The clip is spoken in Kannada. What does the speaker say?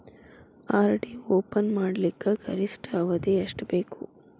ಆರ್.ಡಿ ಒಪನ್ ಮಾಡಲಿಕ್ಕ ಗರಿಷ್ಠ ಅವಧಿ ಎಷ್ಟ ಬೇಕು?